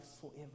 forever